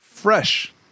Fresh